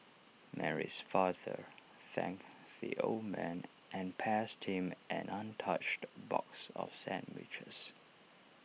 Mary's father thanked the old man and passed him an untouched box of sandwiches